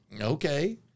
Okay